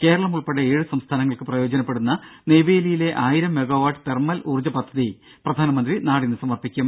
കേരളം ഉൾപ്പെടെ ഏഴ് സംസ്ഥാനങ്ങൾക്ക് പ്രയോജനപ്പെടുന്ന നെയ്വേലിയിലെ ആയിരം മെഗാവാട്ട് തെർമൽ ഊർജ്ജ പദ്ധതി പ്രധാനമന്ത്രി നാടിന് സമർപ്പിക്കും